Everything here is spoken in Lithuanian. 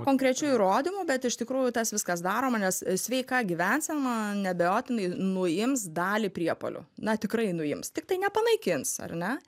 konkrečių įrodymų bet iš tikrųjų tas viskas daroma nes sveika gyvensena neabejotinai nuims dalį priepuolių na tikrai nuims tik tai nepanaikins ar ne